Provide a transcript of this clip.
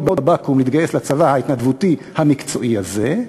בבקו"ם להתגייס לצבא ההתנדבותי המקצועי הזה,